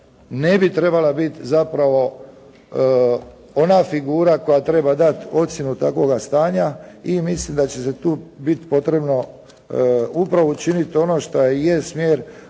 ne bi trebala biti zapravo ona figura koja treba dati ocjenu takvoga stanja i mislim da će tu biti potrebno upravo učiniti ono šta i jest smjer